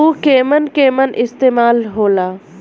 उव केमन केमन इस्तेमाल हो ला?